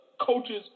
coaches